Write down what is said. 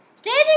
Staging